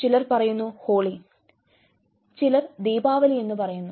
ചിലർ പറയുന്നു ഹോളി എന്ന് ചിലർ ദീപാവലി എന്ന് പറയുന്നു